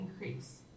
increase